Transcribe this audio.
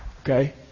Okay